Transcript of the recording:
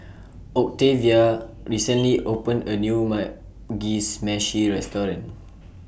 Octavio recently opened A New Mugi Meshi Restaurant